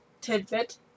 tidbit